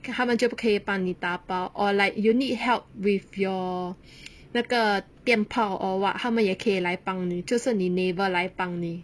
他们就不可以帮你打包 or like you need help with your 那个电炮 or what 他们也可以来帮你就是你 neighbour 来帮你